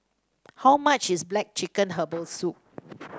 how much is black chicken Herbal Soup